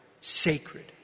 Sacred